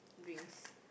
drinks